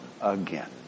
again